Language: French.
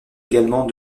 également